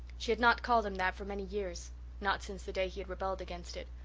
she had not called him that for many years not since the day he had rebelled against it.